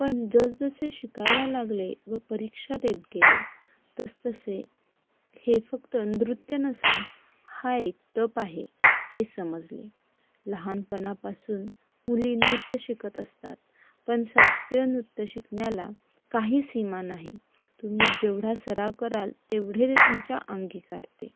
पण जसजसे शिकायला लागले व परीक्षा देत गेले तसतसे हे फक्त नृत्य नसून हा एक तप आहे हे समजले लहानपणापासून मुली नृत्य शिकत असतात पण शास्त्रीय नृत्य शिकण्याला काही सीमा नाही तुम्ही जेवढा सराव कराल तेवढे ते तुमच्या अंगिकारते